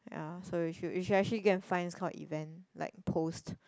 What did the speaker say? ya so you should you should actually go and find this kind of event like post